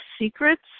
secrets